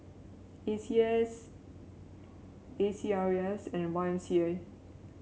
A C S A C R E S and Y M C A